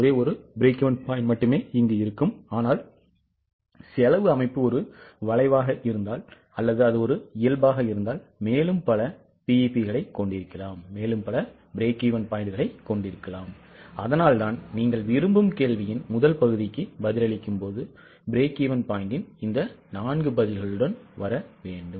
ஒரே ஒரு BEP மட்டுமே இருக்கும் ஆனால் செலவு அமைப்பு ஒரு வளைவாக இருந்தால் அல்லது அது இயல்பாக இருந்தால் மேலும் பல BEP களைக் கொண்டிருக்கலாம் அதனால்தான் நீங்கள் விரும்பும் கேள்வியின் முதல் பகுதிக்கு பதிலளிக்கும் போது BEP இன் நான்கு பதில்களுடன் வர வேண்டும்